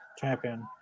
champion